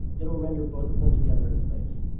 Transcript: it'll render both of them together in place.